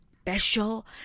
special